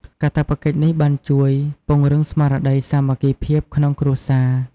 កាតព្វកិច្ចនេះបានជួយពង្រឹងស្មារតីសាមគ្គីភាពក្នុងគ្រួសារ។